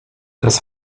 das